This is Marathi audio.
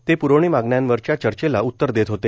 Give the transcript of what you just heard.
ते पुरवणी मागण्यांवरच्या चर्चेला उत्तर देत होते